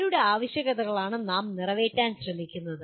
ആരുടെ ആവശ്യകതകളാണ് നാം നിറവേറ്റാൻ ശ്രമിക്കുന്നത്